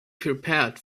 prepared